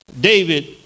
David